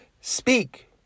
speak